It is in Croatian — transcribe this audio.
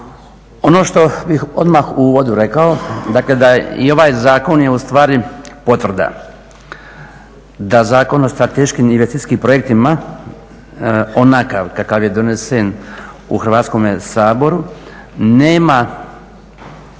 Ono što bih odmah u uvodu rekao, dakle da je i ovaj zakon ustvari potvrda da Zakon o strateškim i investicijskim projektima onakav kakav je donesen u Hrvatskome saboru nema dovoljno